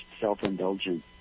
self-indulgent